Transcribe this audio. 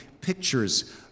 pictures